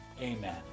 Amen